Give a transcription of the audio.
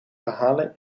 verhalen